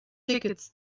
tickets